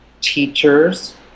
teachers